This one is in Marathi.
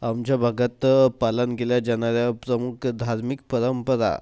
आमच्या भागात पालन केल्या जाणाऱ्या प्रमुख धार्मिक परंपरा